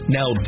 Now